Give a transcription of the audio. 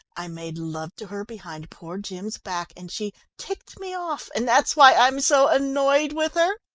i made love to her behind poor jim's back, and she ticked me off and that's why i'm so annoyed with her?